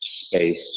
space